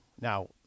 Now